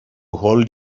hold